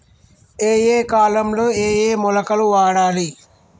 ఏయే కాలంలో ఏయే మొలకలు వాడాలి?